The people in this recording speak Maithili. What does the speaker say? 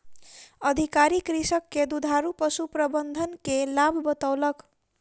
अधिकारी कृषक के दुधारू पशु प्रबंधन के लाभ बतौलक